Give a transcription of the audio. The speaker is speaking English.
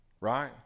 right